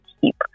keep